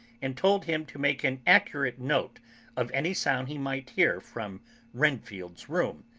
and told him to make an accurate note of any sound he might hear from renfield's room,